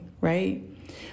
right